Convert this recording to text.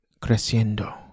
creciendo